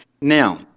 Now